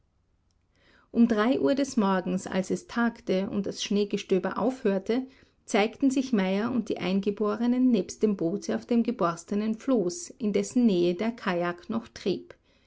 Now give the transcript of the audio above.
um drei uhr des morgens als es tagte und das schneegestöber aufhörte zeigten sich meyer und die eingeborenen nebst dem boote auf dem geborstenen floß in dessen nähe der kajak noch trieb